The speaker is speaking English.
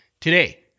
Today